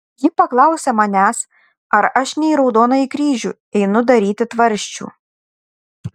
ji paklausė manęs ar aš ne į raudonąjį kryžių einu daryti tvarsčių